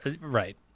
Right